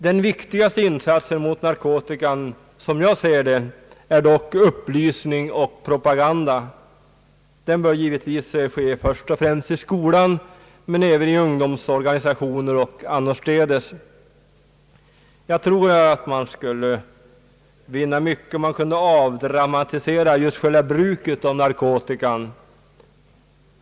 Den viktigaste insatsen mot narkotikan är dock, som jag ser det, upplysning och propaganda. Den bör givetvis ske först och främst i skolan men även i ungdomsorganisationer och annorstädes. Jag tror att man skulle vinna mycket om man kunde avdramatisera just själva bruket av narkotika.